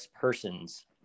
persons